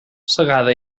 segada